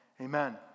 amen